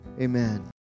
Amen